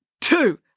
Two